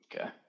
Okay